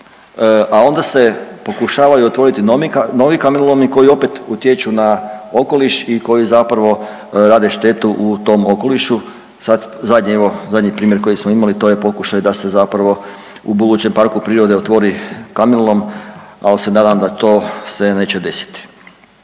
a onda se pokušavaju otvoriti novi kamenolomi koji opet utječu na okoliš i koji zapravo rade štetu u tom okolišu. Sad zadnje evo, zadnji primjer koji smo imali to je pokušaj da se zapravo u budućem parku prirode otvori kamenolom, al se nadam da to se neće desiti.